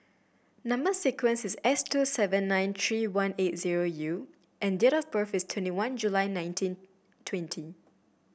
number sequence is S two seven nine three one eight zero U and date of birth is twenty one July nineteen twenty